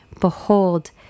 Behold